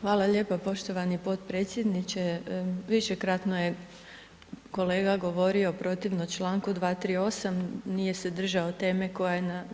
Hvala lijepo poštovani potpredsjedniče, višekratno je kolega govorio protivno članku 238. nije se držao teme koja je na